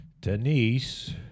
Denise